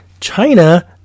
China